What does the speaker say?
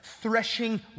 threshing